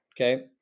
Okay